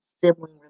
sibling